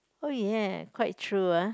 oh ya quite true ah